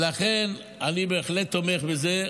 לכן אני בהחלט תומך בזה,